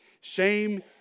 Shame